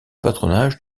patronage